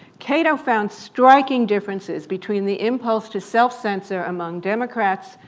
cato found striking differences between the impulse to self-censor among democrats,